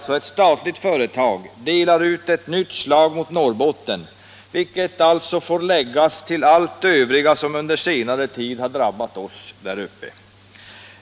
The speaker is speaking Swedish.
SJ, ett statligt företag, delar alltså ut ett nytt slag mot Norrbotten, vilket får läggas till allt det övriga som under senare tid har drabbat oss där uppe.